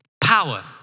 Power